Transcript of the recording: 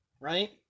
right